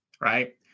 right